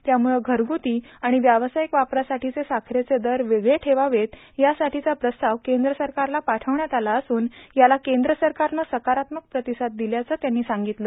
त्यामुळं घरगुती आणि व्यावसायिक वापरासाठीचे साखरेचे दर वेगळे ठेवावेत यासाठीचा प्रस्ताव केंद्र सरकारला पाठवण्यात आला असून याला केंद्र सरकारनं सकारात्मक प्रतिसाद दिल्याचं त्यांनी सांगितलं